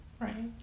right